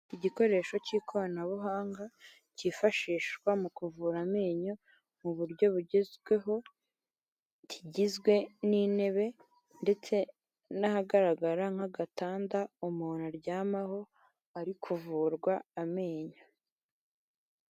Igikoresho cy'ikoranabuhanga cyifashishwa mu kuvura amenyo mu buryo bugezweho, kigizwe n'intebe ndetse n'ahagaragara nk'agatanda umuntu aryamaho ari kuvurwa amenyo.